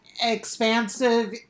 expansive